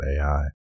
AI